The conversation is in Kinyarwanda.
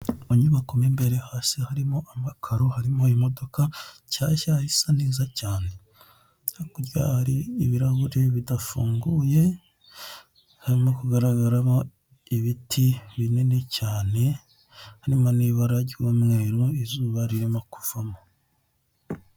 Inyubako mo imbere hasi harimo amakaro, harimo imodoka nshyashya isa neza cyane, hakurya hari ibirahure bidafunguye harimo kugaragaramo ibiti binini cyane, harimo n'ibara ry'umweru izuba ririmo kuvamo.